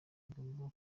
igomba